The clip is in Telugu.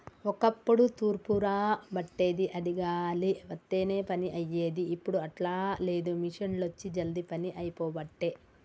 ఒక్కప్పుడు తూర్పార బట్టేది అది గాలి వత్తనే పని అయ్యేది, ఇప్పుడు అట్లా లేదు మిషిండ్లొచ్చి జల్దీ పని అయిపోబట్టే